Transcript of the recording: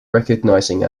recognizing